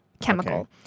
chemical